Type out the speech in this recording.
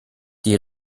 die